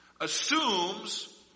assumes